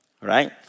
right